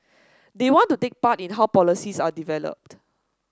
they want to take part in how policies are developed